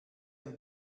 ein